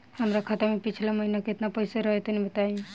हमरा खाता मे पिछला महीना केतना पईसा रहे तनि बताई?